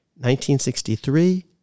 1963